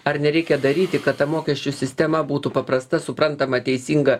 ar nereikia daryti kad ta mokesčių sistema būtų paprasta suprantama teisinga